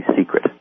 secret